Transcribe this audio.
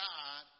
God